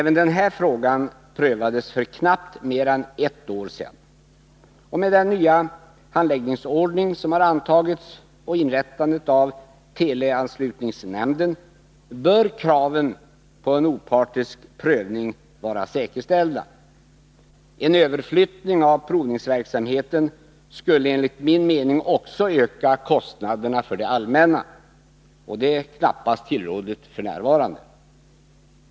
Även den här frågan prövades för knappt mer än ett år sedan. Med den nya handläggningsordning som har antagits och inrättandet av teleanslutningsnämnden bör kraven på en opartisk prövning vara säkerställda. En överflyttning av provningsverksamheten skulle enligt min mening också öka kostnaderna för det allmänna. Det är knappast tillrådligt f. n.